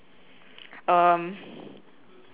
um